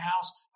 House